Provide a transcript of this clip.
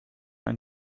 ein